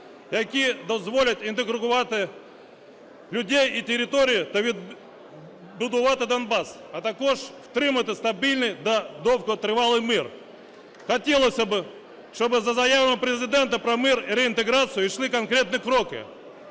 які дозволять інтегрувати людей і території та відбудувати Донбас, а також утримати стабільний та довготривалий мир. Хотілося б, щоб за заявами Президента про мир і реінтеграцію йшли конкретні кроки.